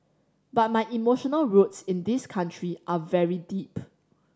but my emotional roots in this country are very deep